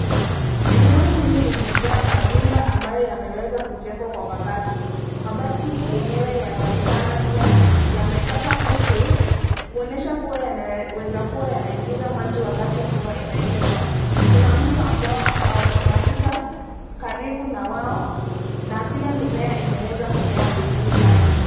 Eneo hili limejaa manyumba ambayo ya meweza kujengwa kwa mabati. Mabati yenyewe yanaonekana pia, yamepata kutu, kuonesha kuwa yanaweza kuwa yanaingiza maji wakati wa mvuwa inanyesha. Kuna mto ambao unapita, karibu na wawo, na pia mimea imeweza kumea vizuri sana.